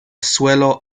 suelo